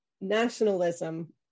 nationalism